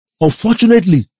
unfortunately